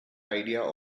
idea